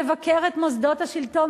לבקר את מוסדות השלטון,